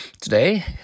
today